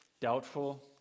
doubtful